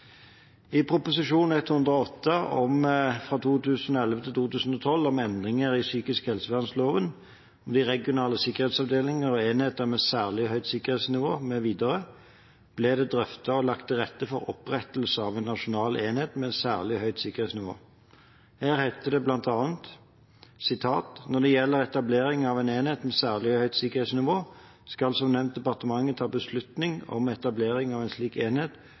I Prop. 108 L for 2011–2012 om Endringer i psykisk helsevernloven – regionale sikkerhetsavdelinger og enhet med særlig høyt sikkerhetsnivå m.m. – ble det drøftet og lagt til rette for opprettelse av en nasjonal enhet med særlig høyt sikkerhetsnivå. Her heter det bl.a.: «Når det gjelder etablering av enhet med særlig høyt sikkerhetsnivå, skal som nevnt departementet ta beslutning om etablering av en slik enhet